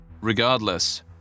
regardless